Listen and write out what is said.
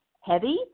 heavy